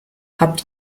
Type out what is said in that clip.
habt